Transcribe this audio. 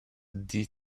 did